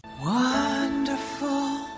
Wonderful